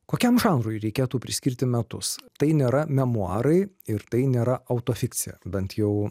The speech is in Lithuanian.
kokiam žanrui reikėtų priskirti metus tai nėra memuarai ir tai nėra autofikcija bent jau